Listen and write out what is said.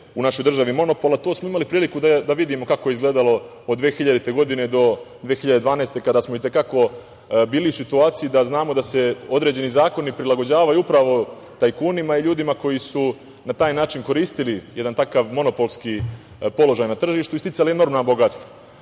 u našoj državi monopol. Imali smo priliku da vidimo kako je to izgledalo od 2000. do 2012. godine kada smo i te kako bili u situaciji da znamo da se određeni zakoni prilagođavaju upravo tajkunima i ljudima koji su na taj način koristili jedan takav monopolski položaj na tržištu i sticali enormno bogatstvo.